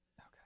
Okay